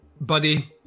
buddy